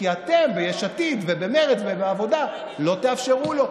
כי אתם ביש עתיד ובמרצ ובעבודה לא תאפשרו לו.